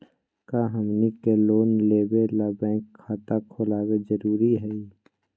का हमनी के लोन लेबे ला बैंक खाता खोलबे जरुरी हई?